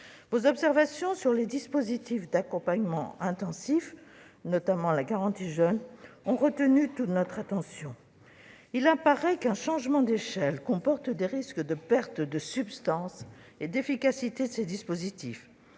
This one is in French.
Vos observations sur les dispositifs d'accompagnement intensif, notamment la garantie jeunes, ont retenu toute notre attention. Il semble qu'un changement d'échelle expose ces dispositifs à des risques de perte de substance et d'efficacité. Ainsi,